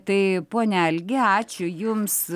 tai pone algi ačiū jums